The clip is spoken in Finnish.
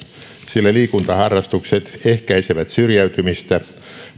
sillä liikuntaharrastukset ehkäisevät syrjäytymistä